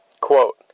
Quote